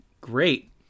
great